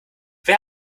wer